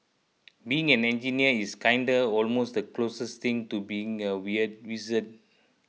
being an engineer is kinda almost the closest thing to being a weird wizard